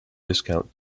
discount